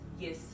Yes